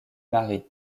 marie